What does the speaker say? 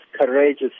courageous